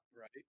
right